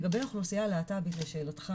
לגבי האוכלוסייה הלהט"בית לשאלת,